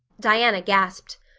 diana gasped.